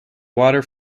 water